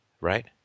right